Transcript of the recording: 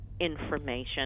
information